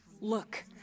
Look